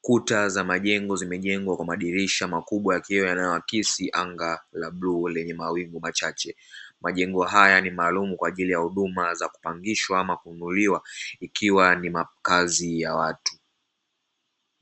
Kuta za majengo zimejengwa kwa madirisha makubwa ya kioo yanayoakisi anga la bluu lenye mawingu machache. Majengo haya ni maalumu kwa ajili ya huduma za kupangishwa ama kununuliwa, ikiwa ni makazi ya watu.